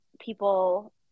people